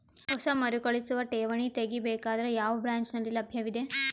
ಹೊಸ ಮರುಕಳಿಸುವ ಠೇವಣಿ ತೇಗಿ ಬೇಕಾದರ ಯಾವ ಬ್ರಾಂಚ್ ನಲ್ಲಿ ಲಭ್ಯವಿದೆ?